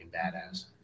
badass